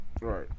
right